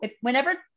whenever